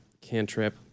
cantrip